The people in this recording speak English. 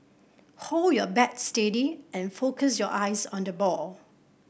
hold your bat steady and focus your eyes on the ball